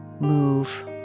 move